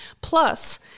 Plus